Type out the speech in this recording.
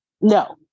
No